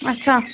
اَچھا